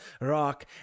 Rock